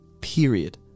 Period